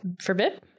Forbid